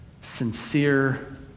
sincere